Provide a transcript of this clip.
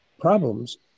problems